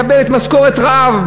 מקבלת משכורת רעב,